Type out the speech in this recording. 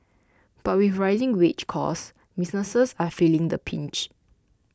but with rising wage costs businesses are feeling the pinch